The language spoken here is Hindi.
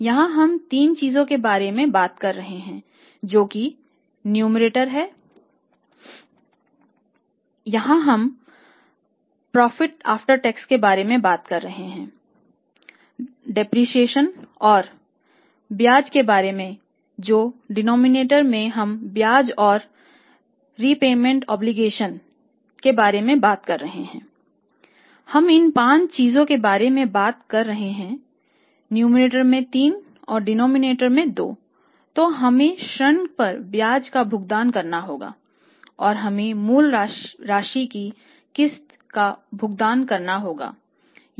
यहां हम प्रॉफिट आफ्टर टैक्स दायित्व हो सकता है